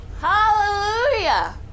Hallelujah